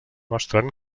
mostren